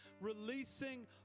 releasing